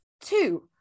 two